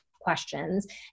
questions